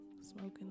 Smoking